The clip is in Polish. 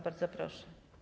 Bardzo proszę.